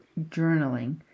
journaling